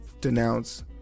denounce